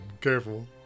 Careful